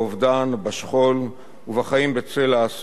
בשכול ובחיים בצל האסון בפרט.